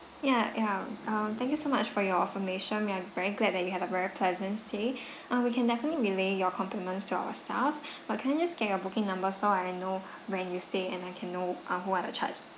ya ya uh thank you so much for your affirmation we are very glad that you had a very pleasant stay uh we can definitely relay your compliments to our staff but can I just get your booking number so I know when you stay and I can know ah who are the charge